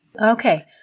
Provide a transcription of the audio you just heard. Okay